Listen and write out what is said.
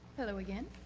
hello, again.